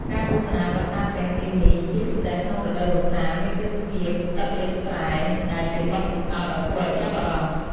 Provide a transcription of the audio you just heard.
ការទស្សនាប្រាសាទទាំងពីរនេះ ជាពិសេសក្នុងរដូវវស្សា មានទេសភាព ទឹកលិចស្រែ ដែលជាបទពិសោធន៍ដ៏គួរឱ្យចាប់អារម្មណ៍។